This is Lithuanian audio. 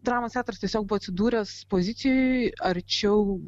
dramos teatras tiesiog buvo atsidūręs pozicijoj arčiau